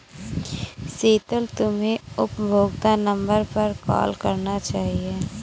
शीतल, तुम्हे उपभोक्ता नंबर पर कॉल करना चाहिए